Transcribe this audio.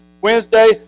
Wednesday